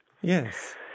Yes